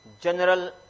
General